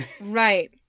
right